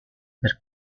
per